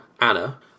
Anna